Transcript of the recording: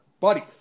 Buddy